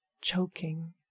choking